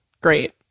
Great